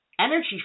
energy